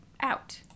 out